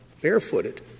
barefooted